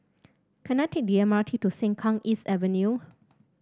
can I take the M R T to Sengkang East Avenue